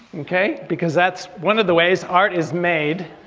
okay because that's one of the ways art is made,